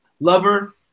Lover